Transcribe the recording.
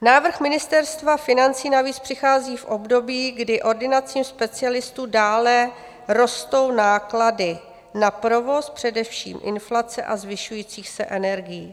Návrh Ministerstva financí navíc přichází v období, kdy ordinacím specialistů dále rostou náklady na provoz, především inflace, a zvyšujících se energií.